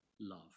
love